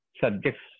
subjects